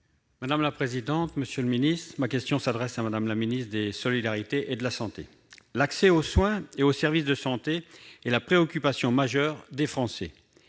de l'économie et des finances. Ma question s'adresse à Mme la ministre des solidarités et de la santé. L'accès aux soins et aux services de santé est la préoccupation majeure des Français.